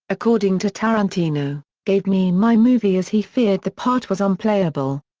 according to tarantino, gave me my movie as he feared the part was unplayable.